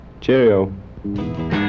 Cheerio